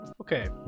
Okay